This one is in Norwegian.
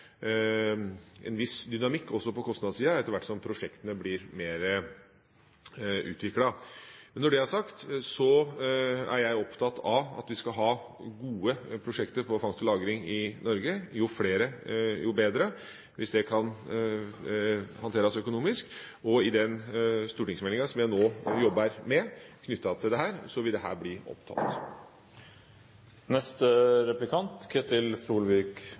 en viss dynamikk, også på kostnadssiden, etter hvert som prosjektene blir mer utviklet. Når det er sagt, er jeg opptatt av at vi skal ha gode prosjekter på fangst og lagring i Norge. Jo flere, jo bedre, hvis det kan håndteres økonomisk. I den stortingsmeldingen som jeg nå jobber med knyttet til dette, vil dette bli tatt opp. Jeg opplevde statsrådens innlegg som et forsøk på å snevre inn debatten. Han nevner Industrikraft Midt-Norge, og at det